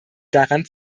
daran